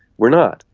we're not.